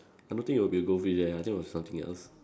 I don't think he will be goldfish eh I think will something else